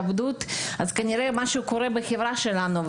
כנראה שמשהו קורה בחברה שלנו.